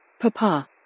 Papa